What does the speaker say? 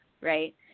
right